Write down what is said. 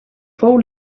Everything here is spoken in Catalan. fou